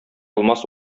алмас